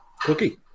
cookie